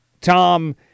Tom